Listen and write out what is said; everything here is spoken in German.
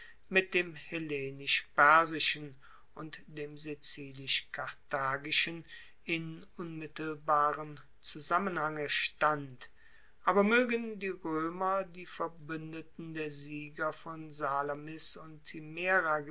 mit dem hellenisch persischen und dem sizilisch karthagischen in unmittelbaren zusammenhange stand aber moegen die roemer die verbuendeten der sieger von salamis und